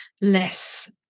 less